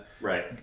Right